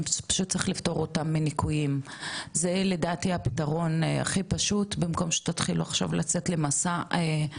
זה הפתרון הכי פשוט במקום שתתחילו עכשיו למסע חשיבה ארוך טווח,